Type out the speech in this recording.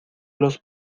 los